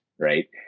right